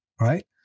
right